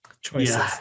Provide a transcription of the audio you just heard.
choices